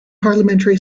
parliamentary